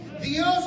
Dios